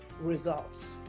results